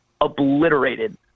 obliterated